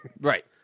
Right